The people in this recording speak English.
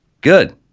Good